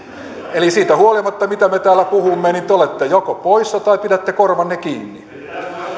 eli siitä huolimatta mitä me täällä puhumme te te olette joko poissa tai pidätte korvanne kiinni